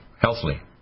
healthily